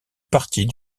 partie